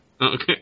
Okay